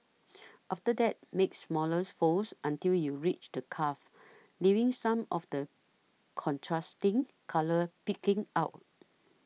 after that make smaller folds until you reach the cuff leaving some of the contrasting colour peeking out